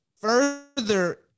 further